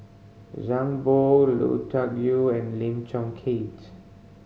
Zhang Bohe Lui Tuck Yew and Lim Chong Keat